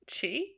Chi